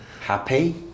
happy